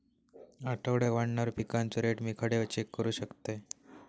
आठवड्याक वाढणारो पिकांचो रेट मी खडे चेक करू शकतय?